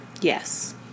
Yes